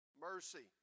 Mercy